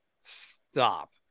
stop